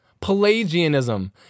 Pelagianism